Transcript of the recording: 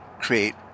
create